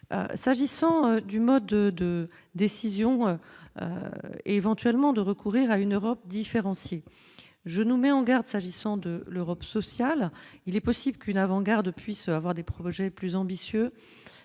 s'agissant du mode de décision éventuellement de recourir à une Europe différenciée je nous met en garde, s'agissant de l'Europe sociale, il est possible qu'une avant garde puisse avoir des projets plus ambitieux